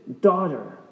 Daughter